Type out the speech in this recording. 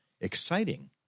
exciting